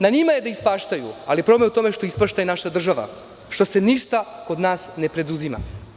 Na njima je da ispaštaju, ali problem je u tome što ispašta i naša država, što se ništa kod nas ne preduzima.